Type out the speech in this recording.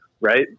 Right